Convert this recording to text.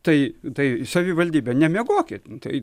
tai tai savivaldybe nemiegokit tai